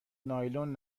نایلون